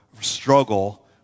struggle